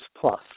Plus